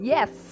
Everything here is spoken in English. Yes